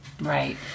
Right